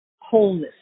wholeness